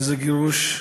מאז הגירוש,